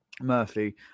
Murphy